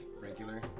regular